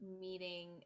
meeting